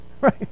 right